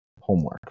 homework